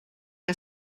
que